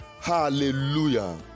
Hallelujah